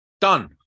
Done